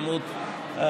כמות מחוסנים,